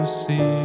see